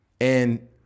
And-